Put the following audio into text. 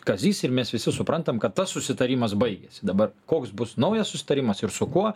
kazys ir mes visi suprantam kad tas susitarimas baigėsi dabar koks bus naujas susitarimas ir su kuo